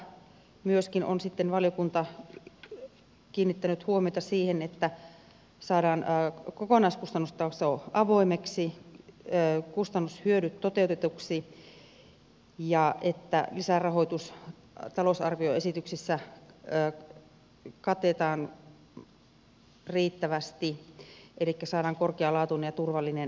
rahoituksessa myöskin on sitten valiokunta kiinnittänyt huomiota siihen että saadaan kokonaiskustannustaso avoimeksi kustannushyödyt toteutetuiksi ja että lisärahoitus talousarvioesityksessä katetaan riittävästi elikkä saadaan korkealaatuinen ja turvallinen verkko